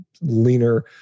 leaner